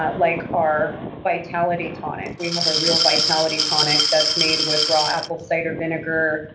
ah like our vitality tonic. we have a real vitality tonic that's made with raw apple cider vinegar,